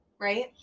right